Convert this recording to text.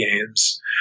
games